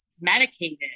medicated